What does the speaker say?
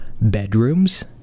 bedrooms